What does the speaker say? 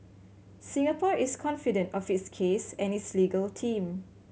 Singapore is confident of its case and its legal team